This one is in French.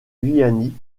giuliani